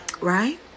right